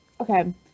okay